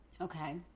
okay